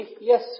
Yes